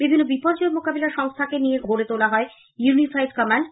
বিভিন্ন বিপর্যয় মোকাবিলা সংস্থাকে নিয়ে গড়ে তোলা হয়েছে ইউনিফাইড কমান্ড